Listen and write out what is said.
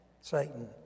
Satan